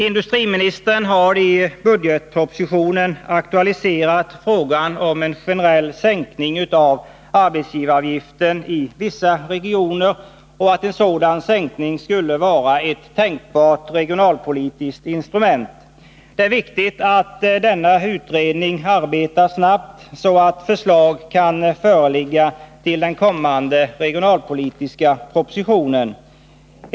Industriministern har i budgetpropositionen aktualiserat frågan om en generell sänkning av arbetsgivaravgiften i vissa regioner och anfört att en sådan sänkning skulle vara ett tänkbart regionalpolitiskt instrument. Det är viktigt att utredningen härom arbetar snabbt, så att förslag kan föreligga inför arbetet med den kommande regionalpolitiska propositionen.